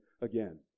again